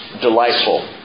delightful